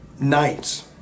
nights